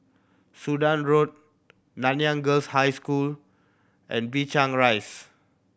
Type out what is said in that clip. Sudan Road Nanyang Girls' High School and Binchang Rise